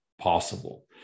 possible